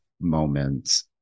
moments